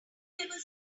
never